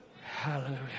hallelujah